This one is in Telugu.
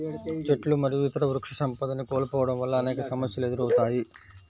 చెట్లు మరియు ఇతర వృక్షసంపదని కోల్పోవడం వల్ల అనేక సమస్యలు ఎదురవుతాయి